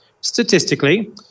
statistically